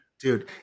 Dude